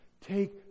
Take